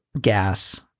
gas